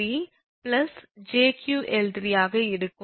இது 𝑃𝐿3𝑗𝑄𝐿3 ஆக இருக்கும்